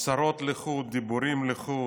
"הצהרות לחוד, דיבורים לחוד",